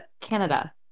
Canada